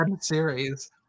series